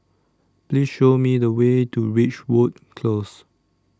Please Show Me The Way to Ridgewood Close